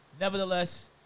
nevertheless